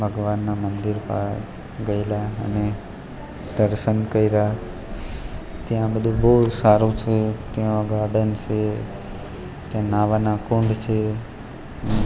ભગવાનના મંદિર પાર ગયેલા અને દર્શન કર્યા ત્યાં બધું બહુ સારું છે ત્યાં ગાર્ડન છે ત્યાં નાવાના કુંડ છે